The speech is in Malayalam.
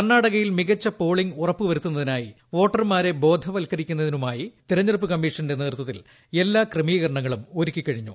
കർണ്ണാടകയിൽ മികച്ച പോളിംഗ് ഉറപ്പുവരുത്തുന്നതിനായി വോട്ടർമാളുള്ളൂ പ്രെ ബോധവത്കരിക്കുന്ന തിനുമായി തെരഞ്ഞെടുപ്പ് കമ്മീഷ്ക്കുന്റ് നേതൃത്വത്തിൽ എല്ലാ ക്രമീകരണങ്ങളും ഒരുക്കിക്കഴിഞ്ഞു